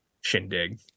shindig